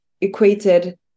equated